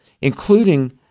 including